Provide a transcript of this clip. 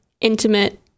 intimate